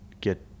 get